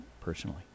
personally